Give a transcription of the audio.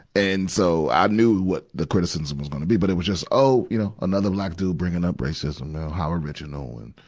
and so, i knew what the criticisms was gonna be. but it was just, oh, you know, another black dude bringing up racism. how original, and,